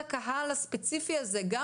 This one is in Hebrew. דבר נוסף,